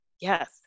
yes